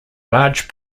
large